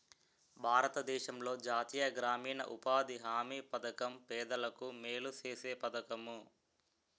భారతదేశంలో జాతీయ గ్రామీణ ఉపాధి హామీ పధకం పేదలకు మేలు సేసే పధకము